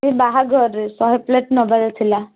ଏ ବାହାଘରରେ ଶହେ ପ୍ଲେଟ୍ ନେବାର ଥିଲା